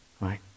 right